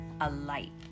alight